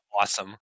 awesome